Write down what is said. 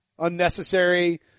unnecessary